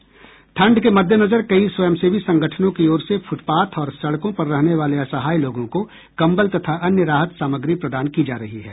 ठंड के मद्देनजर कई स्वयंसेवी संगठनों की ओर से फुटपाथ और सड़कों पर रहने वाले असहाय लोगों को कंबल तथा अन्य राहत सामग्री प्रदान की जा रही है